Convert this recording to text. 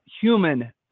human